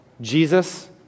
Jesus